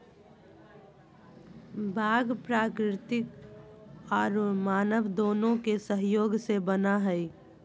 बाग प्राकृतिक औरो मानव दोनों के सहयोग से बना हइ